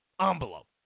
envelope